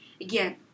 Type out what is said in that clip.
Again